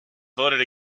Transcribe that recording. voted